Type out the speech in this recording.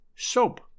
Soap